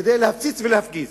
כדי להפציץ ולהפגיז,